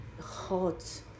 Hot